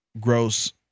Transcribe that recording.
gross